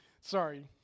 Sorry